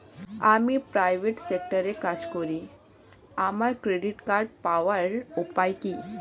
আমি প্রাইভেট সেক্টরে কাজ করি আমার ক্রেডিট কার্ড পাওয়ার উপায় কি?